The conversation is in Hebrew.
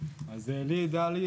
אז ליהי דרלי